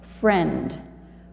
friend